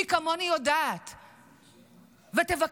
מי כמוני יודעת,